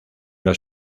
los